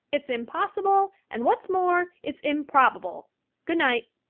it's impossible, and what's more it's improbable good night,